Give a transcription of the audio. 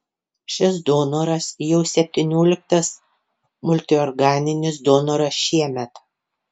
šis donoras jau septynioliktas multiorganinis donoras šiemet